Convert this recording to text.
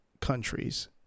countries